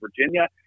Virginia